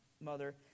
mother